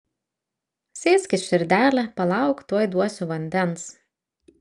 sėskis širdele palauk tuoj duosiu vandens